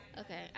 Okay